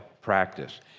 practice